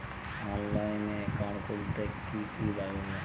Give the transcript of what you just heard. অনলাইনে একাউন্ট খুলতে কি কি লাগবে?